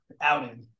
Outed